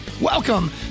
Welcome